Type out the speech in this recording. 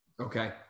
Okay